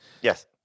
Yes